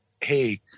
hey